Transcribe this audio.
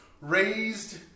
raised